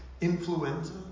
influenza